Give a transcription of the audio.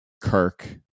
Kirk